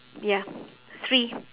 ya three